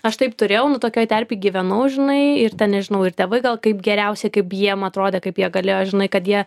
aš taip turėjau nu tokioj terpėj gyvenau žinai ir nežinau ir tėvai gal kaip geriausiai kaip jiem atrodė kaip jie galėjo žinai kad jie